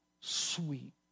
sweet